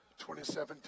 2017